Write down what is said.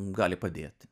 gali padėti